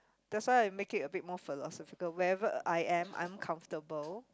that's why I make it a bit more philosophical wherever I am I'm comfortable